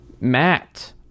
matt